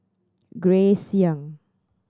Grace Young